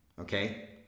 Okay